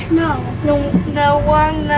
no. no. no one,